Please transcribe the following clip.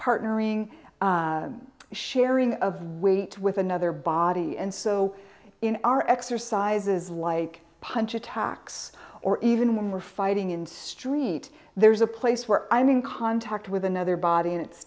partnering sharing of weight with another body and so in our exercises like punch attacks or even when we're fighting in street there's a place where i'm in contact with another body and it's